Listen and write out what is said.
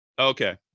Okay